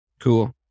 cool